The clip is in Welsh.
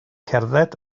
cerdded